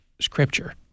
scripture